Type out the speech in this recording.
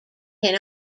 can